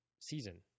season